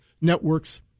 networks